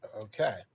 Okay